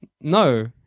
no